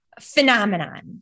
phenomenon